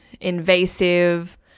invasive